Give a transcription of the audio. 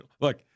Look